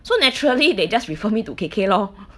so naturally they just refer me to K_K lor